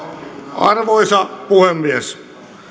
arvoisa puhemies